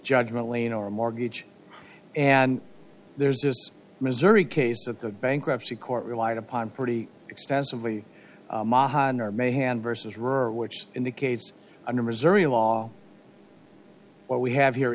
judgment lane or a mortgage and there's this missouri case that the bankruptcy court relied upon pretty extensively mahaan are mehan versus rural which indicates under missouri law what we have here